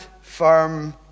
firm